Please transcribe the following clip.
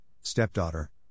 Stepdaughter